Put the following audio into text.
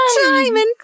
diamond